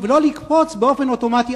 ולא לקפוץ באופן אוטומטי.